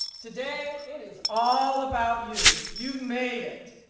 today it is all about you. you've made it.